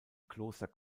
kloster